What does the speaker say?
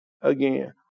again